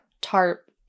tarp